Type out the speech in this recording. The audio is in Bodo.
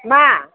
मा